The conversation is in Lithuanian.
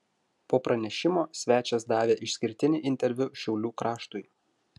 po pranešimo svečias davė išskirtinį interviu šiaulių kraštui